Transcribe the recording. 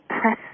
press